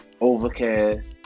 Overcast